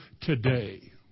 today